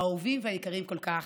האהובים והיקרים כל כך,